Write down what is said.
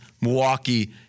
Milwaukee